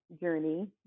journey